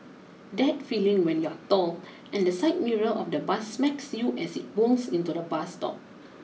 that feeling when you're tall and the side mirror of the bus smacks you as it pulls into the bus stop